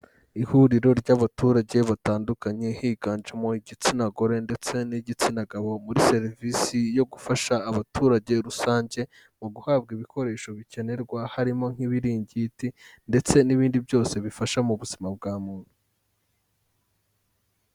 Ihuriro ry'abaturage batandukanye higanjemo igitsina gore ndetse n'igitsina gabo muri serivisi yo gufasha abaturage rusange, mu guhabwa ibikoresho bikenerwa harimo nk'ibiringiti ndetse n'ibindi byose bifasha mu buzima bwa muntu.